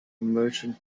merchant